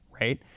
right